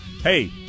hey